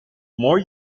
more